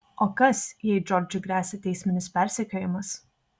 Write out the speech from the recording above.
o kas jei džordžui gresia teisminis persekiojimas